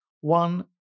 One